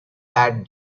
that